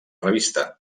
revista